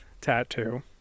tattoo